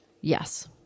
Yes